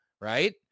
right